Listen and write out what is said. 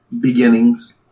beginnings